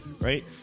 right